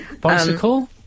Bicycle